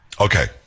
Okay